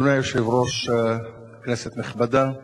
אדוני היושב-ראש, כנסת נכבדה,